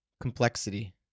Complexity